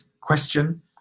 question